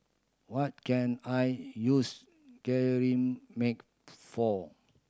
what can I use Cetrimide for